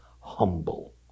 humble